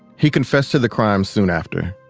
he confessed to the crime soon after